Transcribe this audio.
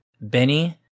Benny